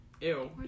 Ew